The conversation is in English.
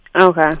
Okay